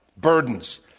Burdens